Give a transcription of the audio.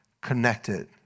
connected